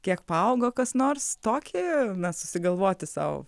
kiek paaugo kas nors tokį na susigalvoti sau